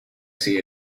see